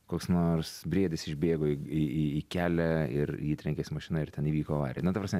koks nors briedis išbėgo į į į kelią ir į jį trenkėsi mašina ir ten įvyko avarija na ta prasme